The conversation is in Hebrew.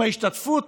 אם ההשתתפות